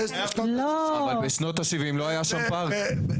אבל בשנות ה-70' לא היה שם פארק.